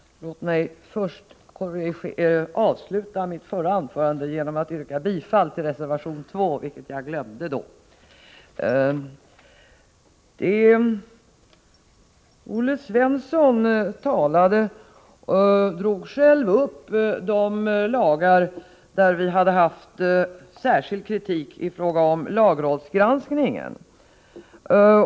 Herr talman! Låt mig först avsluta mitt förra anförande genom att yrka bifall till reservation 2, vilket jag glömde vid det tillfället. Olle Svensson drog själv upp de fall där vi har framfört särskild kritik i fråga om lagrådsgranskningen.